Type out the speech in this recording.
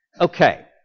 Okay